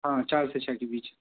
हाँ चार से छ के बीच